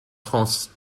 france